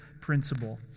principle